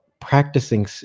practicing